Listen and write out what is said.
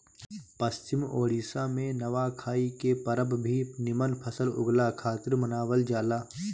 पश्चिम ओडिसा में नवाखाई के परब भी निमन फसल उगला खातिर मनावल जाला